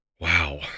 Wow